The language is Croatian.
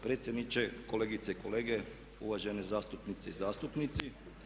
Predsjedniče, kolegice i kolege, uvažene zastupnice i zastupnici.